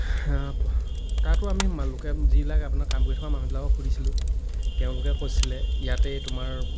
তাতো আমি লোকে যিবিলাক আপোনাৰ কাম কৰি থকা মানুহবিলাকক সুধিছিলোঁ তেওঁলোকে কৈছিলে ইয়াতে তোমাৰ